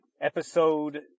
episode